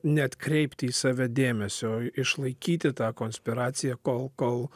neatkreipti į save dėmesio išlaikyti tą konspiraciją kol kol